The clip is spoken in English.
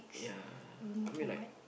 ya I mean like